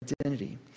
identity